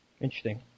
Interesting